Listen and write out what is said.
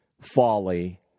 folly